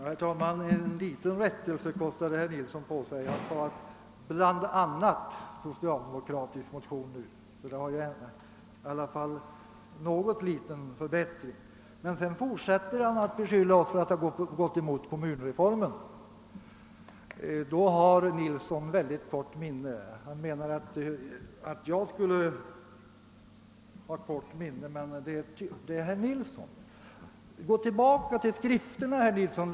Herr talman! En liten rättelse kostade herr Nilsson i Östersund på sig. Han sade nu >»bl.a. socialdemokratiska motioner», och det är i alla fall någon förbättring. Men sedan fortsätter han att beskylla oss för att ha gått emot kommunreformen. Herr Nilsson menar att jag har kort minne, men det är tydligen han själv som har det. Gå tillbaka till skrifterna, herr Nilsson!